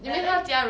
ya then